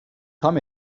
tam